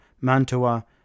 Mantua